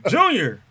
Junior